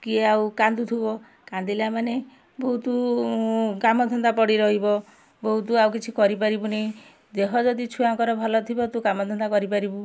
କିଏ ଆଉ କାନ୍ଦୁଥିବ କାନ୍ଦିଲାମାନେ ବହୁତ କାମଧନ୍ଦା ପଡ଼ି ରହିବ ବହୁତ ଆଉ କିଛି କରିପାରିବୁନି ଦେହ ଯଦି ଛୁଆଙ୍କର ଭଲ ଥିବ ତୁ କାମଧନ୍ଦା କରିପାରିବୁ